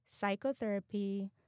psychotherapy